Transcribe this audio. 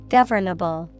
Governable